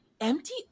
empty